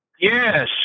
Yes